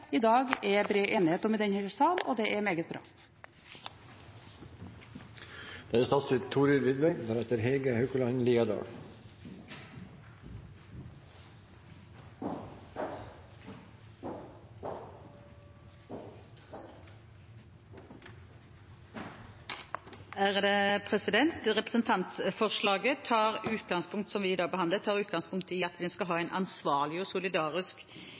i dag er bred enighet om i denne sal, og det er meget bra. Representantforslaget som vi i dag behandler, tar utgangspunkt i at vi skal ha en ansvarlig og solidarisk pengespillpolitikk og peker på viktige spørsmål i denne politikken: Hvordan skal vi sikre ansvarlige pengespill? Hvordan skal